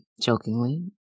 jokingly